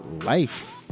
life